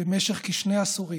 במשך כשני עשורים.